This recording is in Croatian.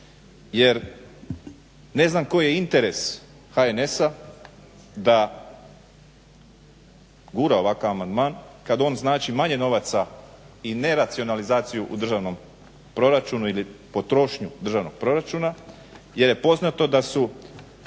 Jer ne znam koji je interes HNS-a da gura ovakav amandman kad on znači manje novaca i neracionalizaciju u državnom proračunu ili potrošnju državnog proračuna jer je poznato da su